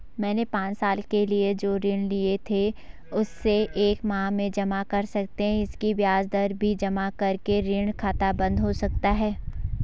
मैंने पांच साल के लिए जो ऋण लिए थे उसे एक माह में जमा कर सकते हैं इसकी ब्याज दर भी जमा करके ऋण खाता बन्द हो सकता है?